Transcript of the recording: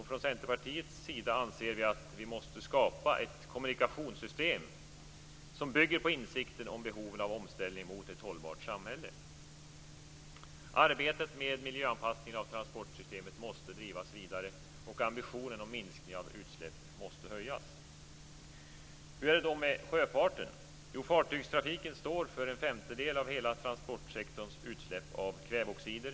Vi inom Centerpartiet anser att det måste skapas ett kommunikationssystem som bygger på insikten om behoven av omställning till ett hållbart samhälle. Arbetet med miljöanpassning av transportsystemet måste drivas vidare, och ambitionen att minska utsläppen måste höjas. Hur är det då med sjöfarten? Fartygstrafiken står för en femtedel av hela transportsektorns utsläpp av kväveoxider.